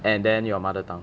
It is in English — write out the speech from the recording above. and then your mother tongue